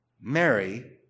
Mary